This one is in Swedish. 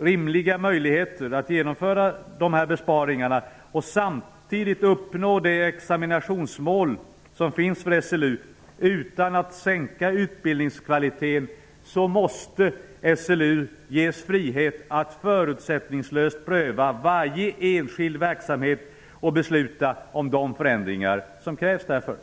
rimliga möjligheter att genomföra de här besparingarna och samtidigt uppnå det examinationsmål som finns för SLU utan att utbildningskvaliteten sänks, måste SLU ges frihet att förutsättningslöst pröva varje enskild verksamhet och besluta om de förändringar som krävs därför.